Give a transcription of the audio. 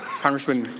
congressman,